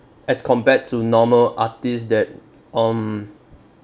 as compared to normal artist that um